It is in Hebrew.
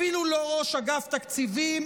אפילו לא ראש אגף תקציבים,